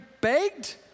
begged